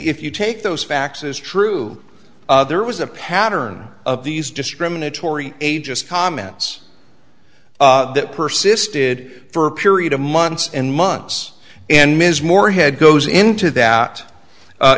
if you take those facts is true there was a pattern of these discriminatory ages comments that persisted for a period of months and months and ms morehead goes into that